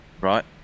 Right